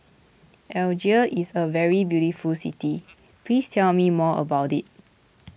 Algiers is a very beautiful city please tell me more about it